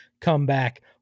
comeback